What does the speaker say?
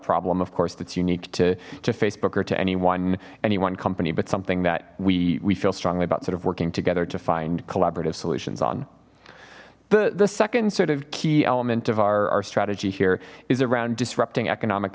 problem of course that's unique to to facebook or to anyone any one company but something that we we feel strongly about sort of working together to find collaborative solutions on the the second sort of key element of our strategy here is around disrupting economic